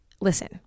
Listen